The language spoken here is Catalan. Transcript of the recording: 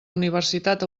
universitat